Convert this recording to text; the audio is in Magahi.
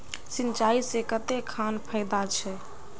सिंचाई से कते खान फायदा छै?